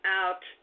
out